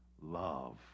love